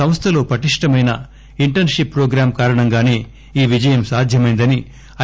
సంస్థలో పటిష్టమైన internship programme కారణంగాసే ఈ విజయం సాధ్యమైందని ఐ